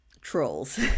trolls